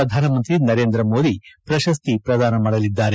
ಪ್ರಧಾನಮಂತ್ರಿ ನರೇಂದ್ರ ಮೋದಿ ಪ್ರಶಸ್ತಿ ಪ್ರದಾನ ಮಾಡಲಿದ್ದಾರೆ